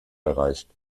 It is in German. erreicht